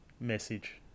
message